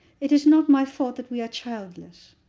it is not my fault that we are childless.